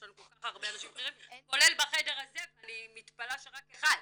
יש לנו כל כך הרבה אנשים בכירים כולל בחדר הזה ואני מתפלאת שרק אחד.